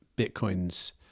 Bitcoin's